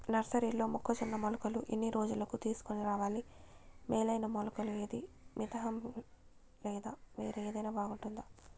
నర్సరీలో మొక్కజొన్న మొలకలు ఎన్ని రోజులకు తీసుకొని రావాలి మేలైన మొలకలు ఏదీ? మితంహ లేదా వేరే ఏదైనా బాగుంటుందా?